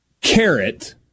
carrot